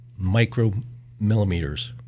micromillimeters